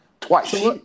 Twice